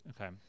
Okay